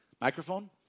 Microphone